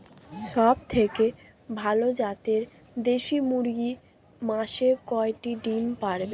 সবথেকে ভালো জাতের দেশি মুরগি মাসে কয়টি ডিম পাড়ে?